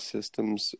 Systems